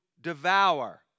devour